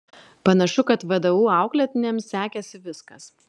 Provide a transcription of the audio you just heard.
panašu kad vdu auklėtiniams sekėsi viskas